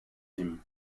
him